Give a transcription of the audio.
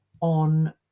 on